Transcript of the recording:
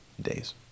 days